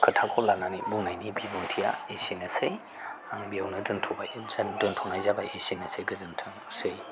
खोथाखौ लानानै बुंनायनि बिबुंथिआ एसेनोसै आं बेयावनो दोनथ'बाय दोनथ'नाय जाबाय एसेनोसै गोजोन थोंसै